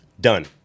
Done